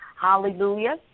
hallelujah